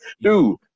Dude